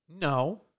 No